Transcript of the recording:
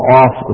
off